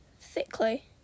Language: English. thickly